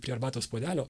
prie arbatos puodelio